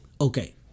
Okay